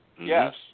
Yes